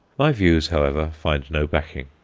my views, however, find no backing.